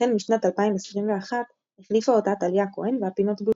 החל משנת 2021 החליפה אותה טליה כהן והפינות בוטלו,